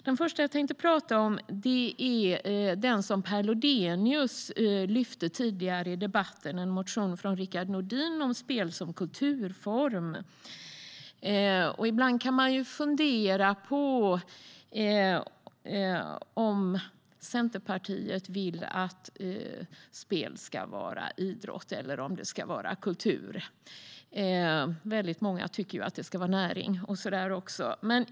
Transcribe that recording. Den första motion jag tänker prata om är den som Per Lodenius lyfte fram tidigare i debatten, nämligen en motion från Rickard Nordin om spel som kulturform. Ibland kan man fundera på om Centerpartiet vill att spel ska vara idrott eller om det ska vara kultur. Väldigt många tycker också att det ska vara näring.